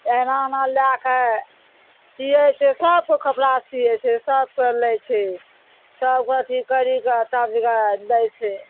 एहिना एना लए कए सीयै छै सबके कपड़ा सीयै छै सबके लै छै सबके अथी करी कऽ तब जगह दै छै